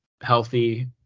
healthy